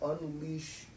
unleash